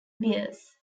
bears